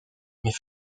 mais